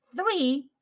Three